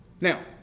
Now